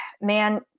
man